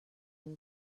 him